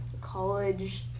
college